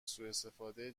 سواستفاده